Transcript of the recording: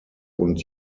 und